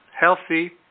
healthy